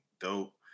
Dope